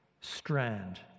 strand